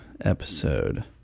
episode